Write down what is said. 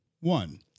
one